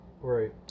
Right